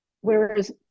Whereas